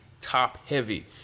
top-heavy